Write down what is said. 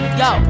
yo